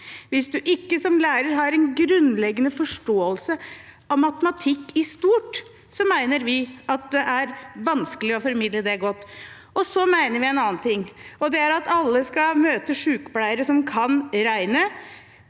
Hvis man ikke som lærer har en grunnleggende forståelse av matematikk i stort, mener vi at det er vanskelig å formidle det godt. Vi mener også en annen ting, og det er at alle skal møte sykepleiere som kan regne.